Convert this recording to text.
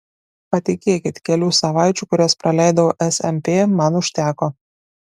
patikėkit kelių savaičių kurias praleidau smp man užteko